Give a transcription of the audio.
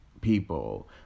people